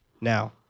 Now